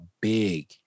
big